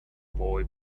boy